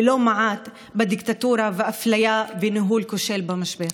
ולא מעט בדיקטטורה ובאפליה ובניהול כושל במשבר.